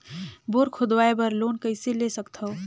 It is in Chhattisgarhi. बोर खोदवाय बर लोन कइसे ले सकथव?